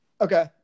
Okay